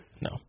No